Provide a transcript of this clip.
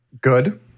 good